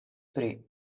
pri